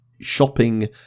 shopping